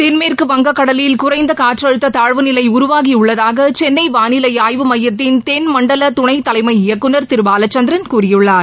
தென்மேற்கு வங்கக்கடலில் குறைந்த காற்றழுத்த தாழ்வு நிலை உருவாகியுள்ளதாக சென்னை வாளிலை ஆய்வு மையத்தின் தென்மண்டல துணைத்தலைமை இயக்குநர் திரு பாலச்சந்திரன் கூறியுள்ளார்